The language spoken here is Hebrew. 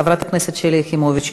חברת הכנסת שלי יחימוביץ,